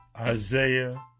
Isaiah